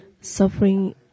suffering